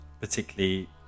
particularly